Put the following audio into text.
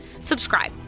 subscribe